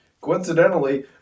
Coincidentally